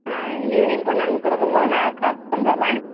ஆ evening கொண்டு வந்து கொடுக்கும் போது நான் காசு தந்துடுறேன்